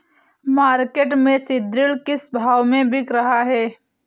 Market में सीद्रिल किस भाव में मिल रहा है?